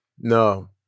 No